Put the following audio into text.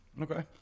Okay